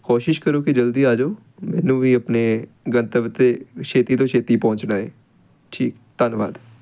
ਕੋਸ਼ਿਸ਼ ਕਰੋ ਕਿ ਜਲਦੀ ਆ ਜੋ ਮੈਨੂੰ ਵੀ ਆਪਣੇ ਗੰਤਵ 'ਤੇ ਛੇਤੀ ਤੋਂ ਛੇਤੀ ਪਹੁੰਚਣਾ ਹੈ ਠੀਕ ਧੰਨਵਾਦ